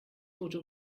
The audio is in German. tote